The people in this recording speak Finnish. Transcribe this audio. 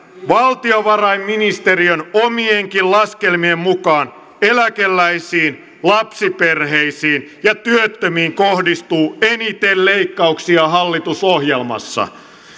valtiovarainministeriön omienkin laskelmien mukaan eläkeläisiin lapsiperheisiin ja työttömiin kohdistuu eniten leikkauksia hallitusohjelmassa